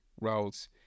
roles